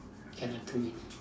cannot do already